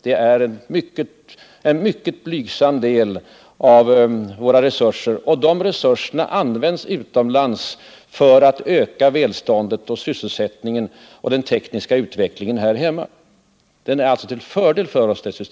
Det rör sig här om en mycket blygsam del av våra resurser, och den används utomlands för att öka välståndet och sysselsättningen och främja den tekniska utvecklingen här hemma. Systemet är alltså till fördel för oss.